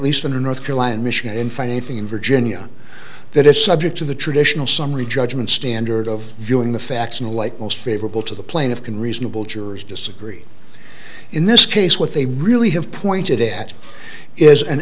least under north carolina and michigan in find anything in virginia that is subject to the traditional summary judgment standard of viewing the facts in the light most favorable to the plaintiff can reasonable jurors disagree in this case what they really have pointed at is an